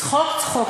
צחוק צחוק.